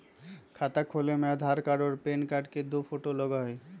खाता खोले में आधार कार्ड और पेन कार्ड और दो फोटो लगहई?